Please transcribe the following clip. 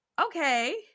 okay